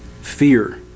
Fear